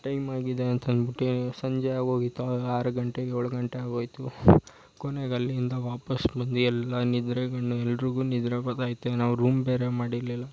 ಟೈಮಾಗಿದೆ ಅಂತ ಅಂದ್ಬಿಟ್ಟು ಸಂಜೆ ಆಗೋಗಿತ್ತು ಆಗ ಆರು ಗಂಟೆ ಏಳು ಗಂಟೆ ಆಗೋಯಿತು ಕೊನೆಗೆ ಅಲ್ಲಿಂದ ವಾಪಸ್ಸು ಬಂದಿ ಎಲ್ಲ ನಿದ್ರೆಗಣ್ಣು ಎಲ್ರಿಗೂ ನಿದ್ರೆ ಬರ್ತಾ ಐತೆ ನಾವು ರೂಮ್ ಬೇರೆ ಮಾಡಿರಲಿಲ್ಲ